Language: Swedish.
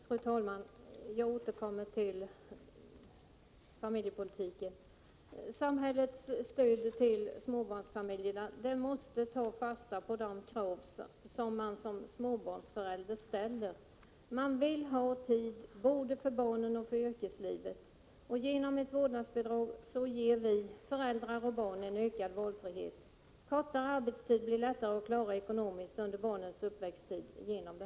Fru talman! Jag återkommer till familjepolitiken. Samhällets stöd till småbarnsfamiljerna måste ta fasta på de krav som småbarnsföräldrarna ställer. De vill ha tid både för barnen och för yrkeslivet. Genom ett vårdnadsbidrag skulle föräldrar och barn få en större valfrihet. En kortare arbetstid skulle också bli lättare att klara ekonomiskt under barnens uppväxttid.